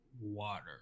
water